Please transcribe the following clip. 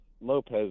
Lopez